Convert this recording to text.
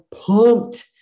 pumped